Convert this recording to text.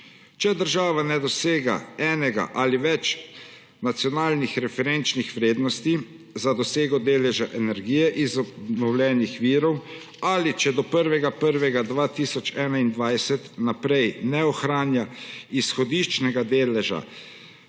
Če država ne dosega ene ali več nacionalnih referenčnih vrednosti za dosego deleža energije iz obnovljivih virov ali če od 1. 1. 2021 naprej ne ohranja izhodiščnega deleža